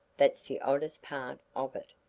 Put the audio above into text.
that's the oddest part of it,